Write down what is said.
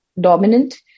dominant